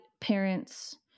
parents